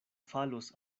falos